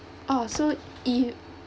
oh so if